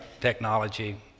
technology